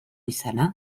izana